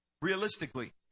Realistically